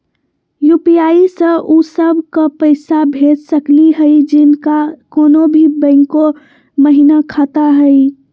UPI स उ सब क पैसा भेज सकली हई जिनका कोनो भी बैंको महिना खाता हई?